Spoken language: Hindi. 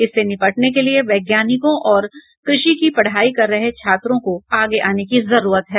इससे निपटने के लिये वैज्ञानिकों और कृषि की पढ़ाई कर रहे छात्रों को आगे आने की जरूरत है